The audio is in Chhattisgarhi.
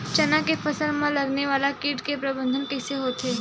चना के फसल में लगने वाला कीट के प्रबंधन कइसे होथे?